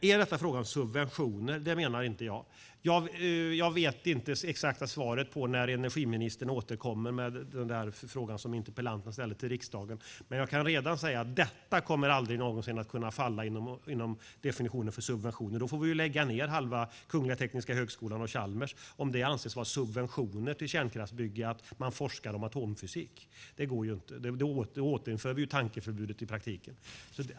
Är detta fråga om subventioner? Det menar inte jag. Jag vet inte det exakta svaret på när energiministern återkommer till riksdagen med den fråga som interpellanten ställde. Men jag kan redan säga att detta aldrig någonsin kommer att kunna falla inom det vi kallar subventioner. Då får vi lägga ned halva Kungliga Tekniska högskolan och Chalmers om det anses vara subventioner till kärnkraftsbygge att man forskar om atomfysik. Det går inte. Då återinför vi ju tankeförbudet i praktiken.